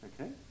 Okay